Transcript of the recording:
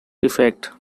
effect